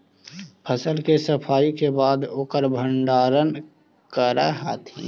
फसल के सफाई के बाद ओकर भण्डारण करऽ हथिन